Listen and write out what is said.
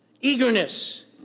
Eagerness